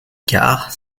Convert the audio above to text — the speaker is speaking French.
quart